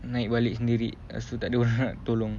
naik balik sendiri lepas tu takde orang nak tolong